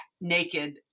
naked